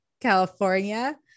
California